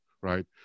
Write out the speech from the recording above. right